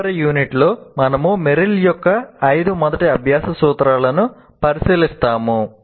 తదుపరి యూనిట్లో మనము మెర్రిల్ యొక్క ఐదు మొదటి అభ్యాస సూత్రాలను పరిశీలిస్తాము